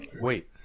Wait